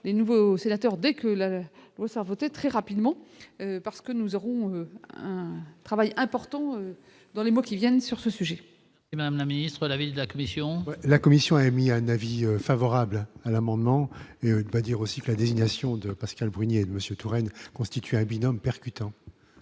les nouveaux sénateurs dès que la loi a voter très rapidement parce que nous aurons un travail important dans les mois qui viennent, sur ce sujet. Madame la ministre, l'avis de la commission. La commission a émis un avis favorable à l'amendement va dire aussi que la désignation de Pascal poignée Monsieur Touraine, constituer un binôme percutant.